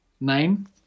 Nine